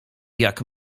jak